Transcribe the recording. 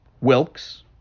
Wilkes